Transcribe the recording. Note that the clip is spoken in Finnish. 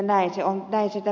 näin se on kai sitä